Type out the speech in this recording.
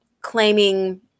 claiming